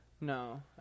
No